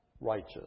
righteous